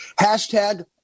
hashtag